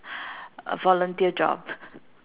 a volunteer job